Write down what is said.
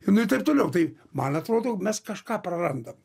nu taip toliau tai man atrodo mes kažką prarandam